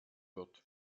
wird